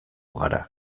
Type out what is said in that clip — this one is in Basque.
gara